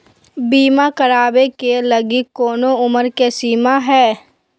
बीमा करावे के लिए कोनो उमर के सीमा है?